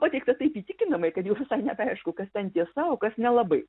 pateikta taip įtikinamai kad jau visai nebeaišku kas ten tiesa o kas nelabai